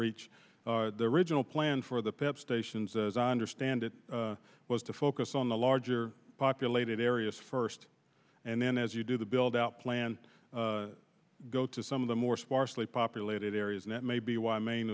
reach the original plan for the pep stations as i understand it was to focus on the larger populated areas first and then as you do the build out plan go to some of the more sparsely populated areas that may be why maine